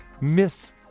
miss